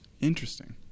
Interesting